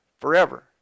forever